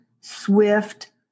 swift